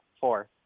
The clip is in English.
Four